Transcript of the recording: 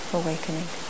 awakening